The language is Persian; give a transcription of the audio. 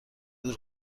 دور